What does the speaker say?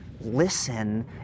listen